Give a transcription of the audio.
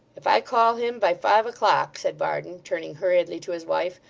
if i call him by five o'clock said varden, turning hurriedly to his wife,